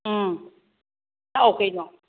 ꯎꯝ ꯂꯥꯛꯎ ꯀꯩꯅꯣ